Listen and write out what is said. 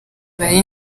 ibaye